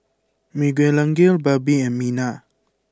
Miguelangel Barbie and Minna